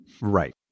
Right